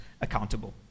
accountable